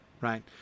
right